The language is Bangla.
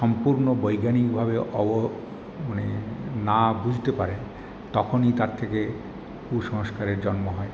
সম্পূর্ণ বৈজ্ঞানিকভাবে অব মানে না বুঝতে পারে তখনই তার থেকে কুসংস্কারের জন্ম হয়